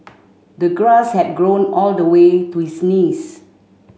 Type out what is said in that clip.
the grass had grown all the way to his knees